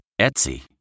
Etsy